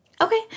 Okay